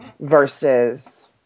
versus